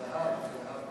הזהב, הזהב.